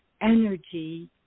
energy